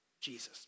Jesus